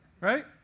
right